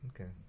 Okay